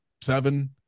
seven